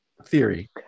theory